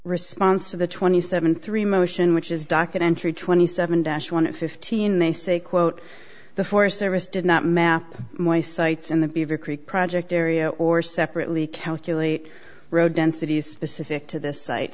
response to the twenty seven three motion which is documentary twenty seven dash one fifteen they say quote the forest service did not map my sites in the beaver creek project area or separately calculate road densities specific to this site